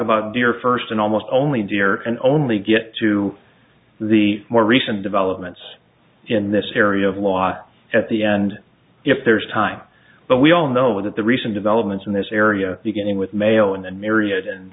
about here first and almost only dear and only get to the more recent developments in this area of law at the end if there's time but we all know that the recent developments in this area beginning with mayo and